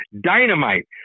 dynamite